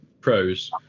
pros